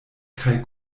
kaj